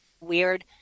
weird